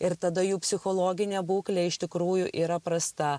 ir tada jų psichologinė būklė iš tikrųjų yra prasta